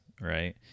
right